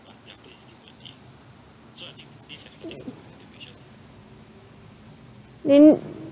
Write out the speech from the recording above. you